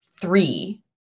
three